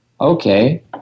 Okay